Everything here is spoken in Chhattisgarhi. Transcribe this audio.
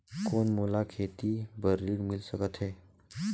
कौन मोला खेती बर ऋण मिल सकत है?